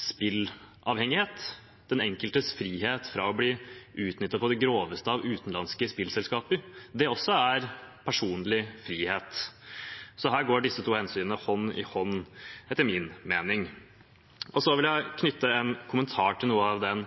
spilleavhengighet, den enkeltes frihet fra å bli utnyttet på det groveste av utenlandske spillselskaper. Også det er personlig frihet, så her går disse to hensynene hånd i hånd, etter min mening. Så vil jeg knytte en kommentar til noe av den